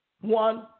One